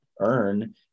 earn